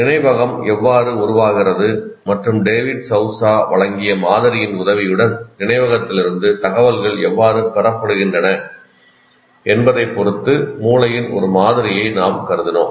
நினைவகம் எவ்வாறு உருவாகிறது மற்றும் டேவிட் சவுசா வழங்கிய மாதிரியின் உதவியுடன் நினைவகத்திலிருந்து தகவல்கள் எவ்வாறு பெறப்படுகின்றன என்பதைப் பொறுத்து மூளையின் ஒரு மாதிரியை நாம் கருதினோம்